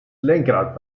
lenkrad